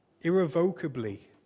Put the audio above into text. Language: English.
irrevocably